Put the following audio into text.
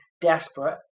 desperate